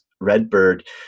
Redbird